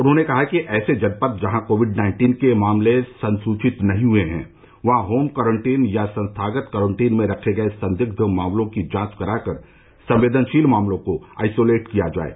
उन्होंने कहा कि ऐसे जनपद जहां कोविड नाइन्टीन के मामले संसूचित नहीं हुए है वहां होम कॉरन्टीन या संस्थागत कॉरन्टीन में रखे गये संदिग्ध मामलों की जांच करा कर संवेदनशील मामलों को आइसोलेट किया जाये